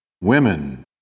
women